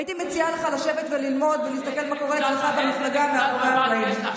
הייתי מציעה לך לשבת וללמוד ולהסתכל מה קורה אצלך במפלגה מאחורי הקלעים,